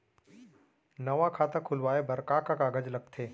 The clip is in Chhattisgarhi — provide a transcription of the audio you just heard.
नवा खाता खुलवाए बर का का कागज लगथे?